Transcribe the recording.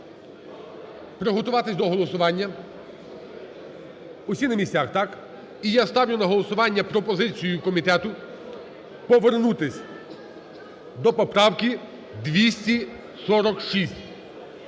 Приготуватись до голосування. Усі на місцях, так? І я ставлю на голосування пропозицію комітету повернутись до поправки 246.